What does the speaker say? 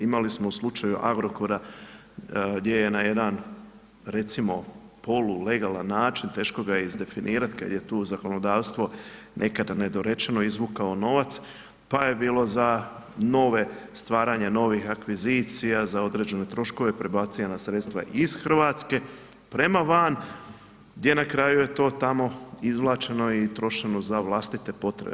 Imali smo u slučaju Agrokora gdje je na jedan recimo polulegalan način, teško ga je izdefinirat kad je tu zakonodavstvo nekada nedorečeno, izvukao novac, pa je bilo za stvaranje novih akvizicija, za određene troškove, prebacuje na sredstva iz RH prema van, gdje je na kraju je to tamo izvlačeno i trošeno za vlastite potrebe.